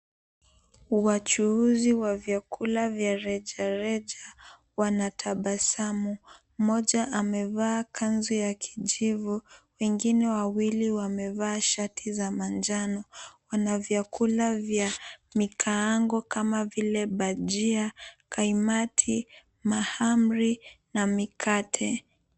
Wachuuzi wa vyakula vya rejareja wanatabasamu. Mmoja amevaa kanzu ya kijivu, wengine wawili wamevaa shati za manjano. Wana vyakula vya mikaango kama vile bajia, kaimati, mahamri na mikate.